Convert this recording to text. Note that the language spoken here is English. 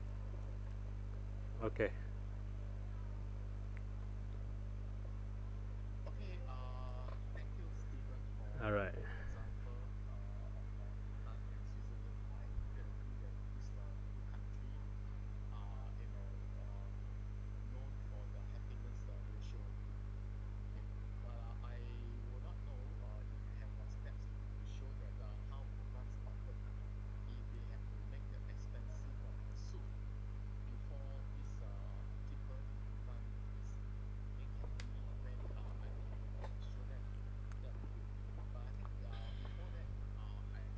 okay alright